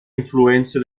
influenze